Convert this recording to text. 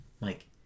Mike